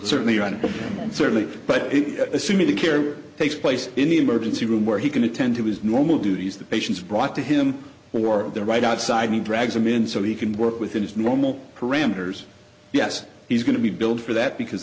and certainly but assuming the care takes place in the emergency room where he can attend to his normal duties the patients brought to him or their right outside he drags them in so he can work within his normal parameters yes he's going to be billed for that because